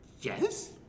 Yes